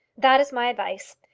that is my advice.